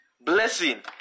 Blessing